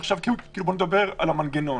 עכשיו בואו נדבר על המנגנון,